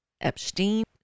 Epstein